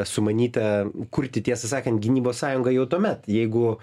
sumanyta kurti tiesą sakant gynybos sąjungą jau tuomet jeigu